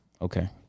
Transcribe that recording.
Okay